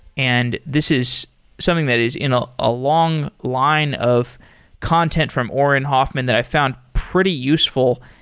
and this is something that is in a ah long line of content from auren hoffman that i found pretty useful.